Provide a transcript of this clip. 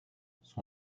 son